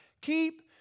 Keep